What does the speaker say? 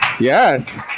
Yes